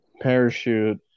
Parachute